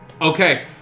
Okay